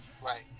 Right